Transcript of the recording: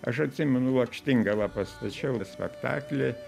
aš atsimenu lakštingala pastačiau spektaklį